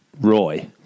Roy